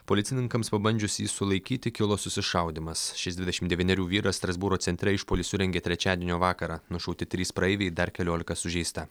policininkams pabandžius jį sulaikyti kilo susišaudymas šis dvidešim devynerių vyras strasbūro centre išpuolį surengė trečiadienio vakarą nušauti trys praeiviai dar keliolika sužeista